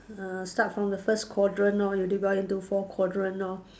err start from he first quadrant lor you divide into four quadrant lor